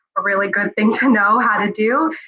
a really good thing to know how to do.